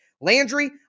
Landry